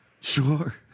Sure